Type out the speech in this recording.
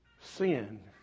Sin